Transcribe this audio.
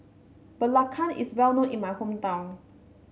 Belacan is well known in my hometown